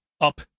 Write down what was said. up